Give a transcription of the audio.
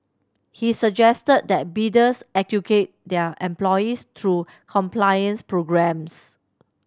he suggested that bidders educate their employees through compliance programmes